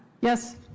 Yes